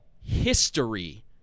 history